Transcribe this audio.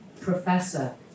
professor